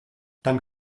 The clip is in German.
dann